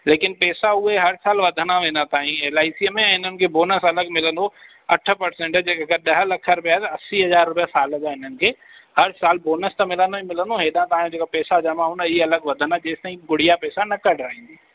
लेकिन पैसा उहे हर साल वधंदा वेंदा तव्हांजी एल आई सीअ में इन्हनि खे बोनस अलॻि मिलंदो अठ पर्सेंट जेके अगरि ॾह लख रुपया आहे त असी हज़ार रुपया साल जा हिननि खे हरि सालि बोनस त मिलंदो ई मिलंदो हेॾा तव्हांजा जेके पैसा जमा हूंदा इहे अलॻि वधंदा जेसिताईं गुड़िया पैसा न कढिराईंदी